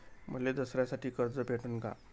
मले दसऱ्यासाठी कर्ज भेटन का?